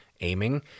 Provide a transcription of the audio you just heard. aiming